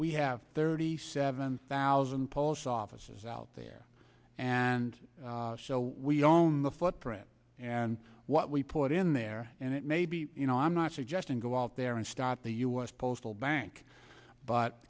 we have thirty seven thousand post offices out there and so we own the footprint and what we put in there and it may be you know i'm not suggesting go out there and stop the u s postal bank but